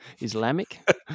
Islamic